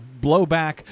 blowback